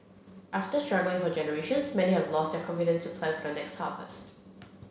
after struggling for generations many have lost their confidence to plan for the next harvest